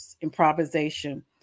improvisation